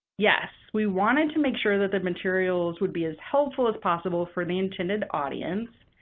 yes. we wanted to make sure that the materials would be as helpful as possible for the intended audience.